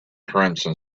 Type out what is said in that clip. crimson